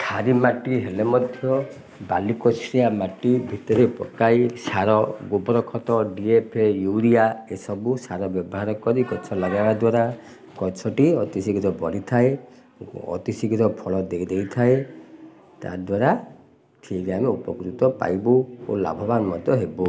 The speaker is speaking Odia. ଖାରିଆ ମାଟି ହେଲେ ମଧ୍ୟ ବାଲିକଷିଆ ମାଟି ଭିତରେ ପକାଇ ସାର ଗୋବର ଖତ ଡି ଏ ଫେ ୟୁରିଆ ଏସବୁ ସାର ବ୍ୟବହାର କରି ଗଛ ଲଗାଇବା ଦ୍ୱାରା ଗଛ ଟି ଅତିଶୀଘ୍ର ବଢ଼ିଥାଏ ଅତିଶୀଘ୍ର ଫଳ ଦେଇ ଦେଇଥାଏ ତାଦ୍ୱାରା ଠିକ୍ ଆମେ ଉପକୃତ ପାଇବୁ ଓ ଲାଭବାନ ମଧ୍ୟ ହେବୁ